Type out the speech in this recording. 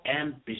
ambition